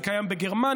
זה קיים בגרמניה.